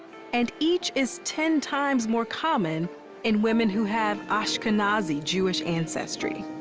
and each is ten times more common in women who have ashkenazi jewish ancestry.